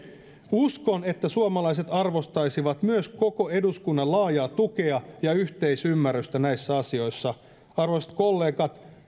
uskon että suomalaiset myös arvostaisivat koko eduskunnan laajaa tukea ja yhteisymmärrystä näissä asioissa arvoisat kollegat